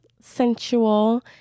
sensual